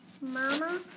Mama